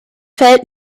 feld